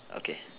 okay